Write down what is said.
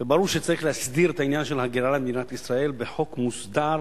וברור שצריך להסדיר את העניין של ההגירה למדינת ישראל בחוק מוסדר